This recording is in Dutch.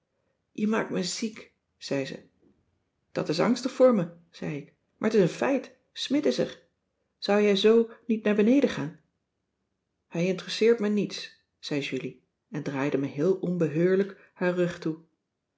jij maakt me ziek zei ze dat is angstig voor me zei ik maar t is een feit smidt is er zou jij zo niet naar beneden gaan hij interesseert me niets zei julie en draaide me heel onbeheurlijk haar rug toe